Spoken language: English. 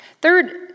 Third